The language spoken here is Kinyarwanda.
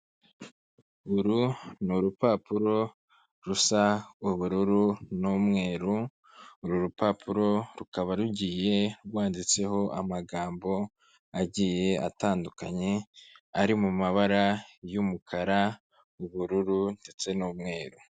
Uru ni urupapuro rusa ubururu n'umweru uru rupapuro, rukaba rugiye rwanditseho amagambo agiye atandukanye ari mu mabara y'umukara, ubururu ndetse n'umweru.